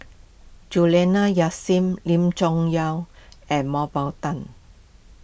Juliana Yasin Lim Chong Yah and Mah Bow Tan